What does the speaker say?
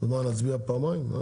זמן להסתייגויות?